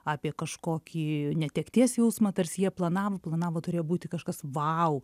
apie kažkokį netekties jausmą tarsi jie planavo planavo turėjo būti kažkas vau